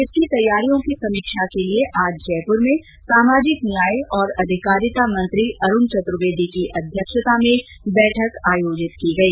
इसकी तैयारियों की समीक्षा के लिए आज जयपुर में सामाजिक न्याय और अधिकारिता मंत्री अरूण चतुर्वेदी की अध्यक्षता में बैठक आयोजित की गई